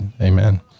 amen